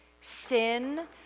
Sin